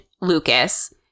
Lucas